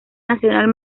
nacional